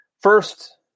first